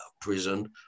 prison